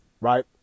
Right